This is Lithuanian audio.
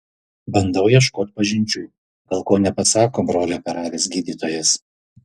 bandau ieškot pažinčių gal ko nepasako brolį operavęs gydytojas